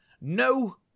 No